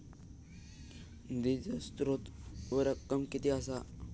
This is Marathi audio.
निधीचो स्त्रोत व रक्कम कीती असा?